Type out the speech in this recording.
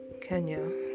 Kenya